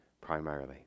Primarily